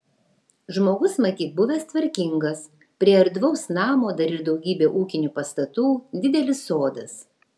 žmogus matyt buvęs tvarkingas prie erdvaus namo dar ir daugybė ūkinių pastatų didelis sodas